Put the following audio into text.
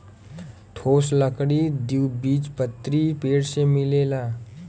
ठोस लकड़ी द्विबीजपत्री पेड़ से मिलेला